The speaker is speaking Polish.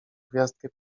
gwiazdkę